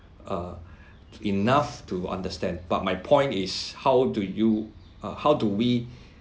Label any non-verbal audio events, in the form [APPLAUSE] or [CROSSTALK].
uh [BREATH] enough to understand but my point is how do you uh how do we [BREATH]